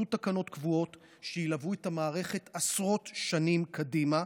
יהיו תקנות קבועות שילוו את המערכת עשרות שנים קדימה,